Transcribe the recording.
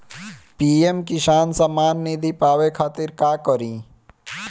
PM Kisan समान निधी पावे खातिर का करी?